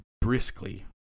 briskly